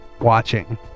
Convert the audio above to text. watching